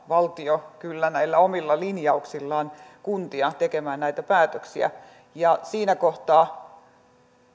valtio ohjaa kyllä näillä omilla linjauksillaan kuntia tekemään näitä päätöksiä ja siinä kohtaa